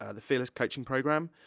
ah the fearless coaching programme,